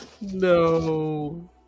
No